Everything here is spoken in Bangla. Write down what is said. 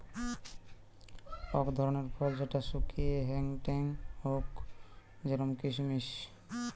অক ধরণের ফল যেটা শুকিয়ে হেংটেং হউক জেরোম কিসমিস